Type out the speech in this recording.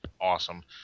awesome